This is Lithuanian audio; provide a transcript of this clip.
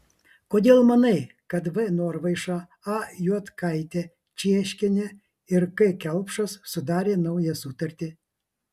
kodėl manai kad v norvaiša a juodkaitė cieškienė ir k kelpšas sudarė naują sutartį